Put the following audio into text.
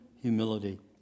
humility